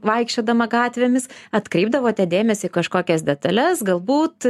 vaikščiodama gatvėmis atkreipdavote dėmesį į kažkokias detales galbūt